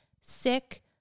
sick